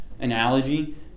analogy